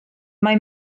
mae